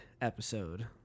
episode